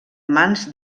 mans